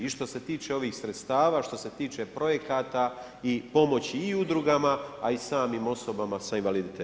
I što se tiče ovih sredstava, što se tiče projekata i pomoći i udrugama, a i samim osobama sa invaliditetom.